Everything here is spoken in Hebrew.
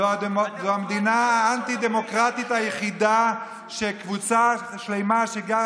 זו המדינה האנטי-דמוקרטית היחידה שבה קבוצה שלמה שגרה